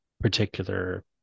particular